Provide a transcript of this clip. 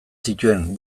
zituen